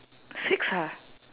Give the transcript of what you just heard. six ah